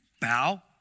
Bow